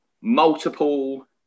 multiple